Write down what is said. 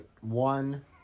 one